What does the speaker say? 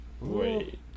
wait